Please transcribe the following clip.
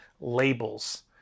labels